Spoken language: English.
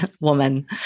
woman